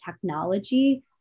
technology